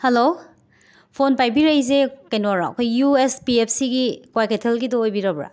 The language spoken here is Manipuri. ꯍꯜꯂꯣ ꯐꯣꯟ ꯄꯥꯏꯕꯤꯔꯛꯏꯁꯦ ꯀꯩꯅꯣꯔꯣ ꯑꯩꯈꯣꯏ ꯌꯨ ꯑꯦꯁ ꯄꯤ ꯑꯦꯞ ꯁꯤꯒꯤ ꯀ꯭ꯋꯥꯀꯩꯊꯦꯜꯒꯤꯗꯨ ꯑꯣꯏꯕꯤꯔꯕ꯭ꯔꯥ